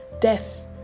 death